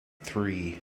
three